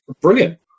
brilliant